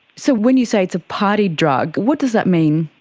so when you say it's a party drug, what does that mean?